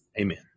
Amen